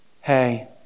hey